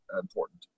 important